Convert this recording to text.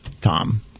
Tom